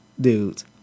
dudes